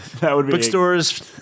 Bookstores